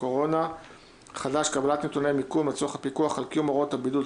הקורונה החדש)(קבלת נתוני מיקום לצורך פיקוח על קיום הוראות הבידוד),